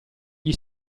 gli